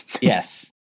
Yes